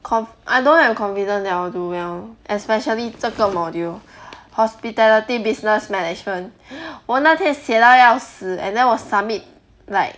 con~ I don't have confident that I will do well especially 这个 module hospitality business management 我那天写到要死 and then 我 submit like